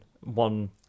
one